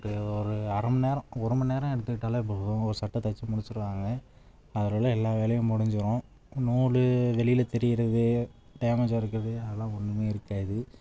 ஒரு ஒரு அரை மணிநேரம் ஒரு மணிநேரம் எடுத்துக்கிட்டாலே போதும் ஒரு சட்டை தைச்சு முடிச்சுருவாங்க அதிலுள்ள எல்லா வேலையும் முடிஞ்சுரும் நூல் வெளியில தெரியறது டேமேஜாக இருக்கிறது அதெல்லாம் ஒன்றுமே இருக்காது